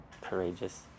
Courageous